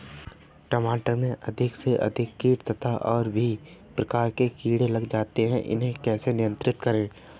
टमाटर में अधिक से अधिक कीट तथा और भी प्रकार के कीड़े लग जाते हैं इन्हें कैसे नियंत्रण करें?